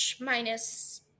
minus